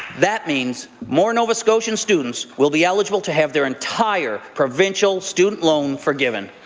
that means more nova scotian students will be eligible to have their entire provincial student loan forgiven.